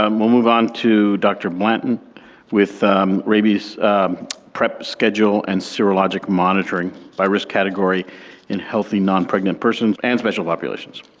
um move on to dr. blanton with rabies prep schedule and serologic monitoring by risk category in healthy non-pregnant persons and special populations.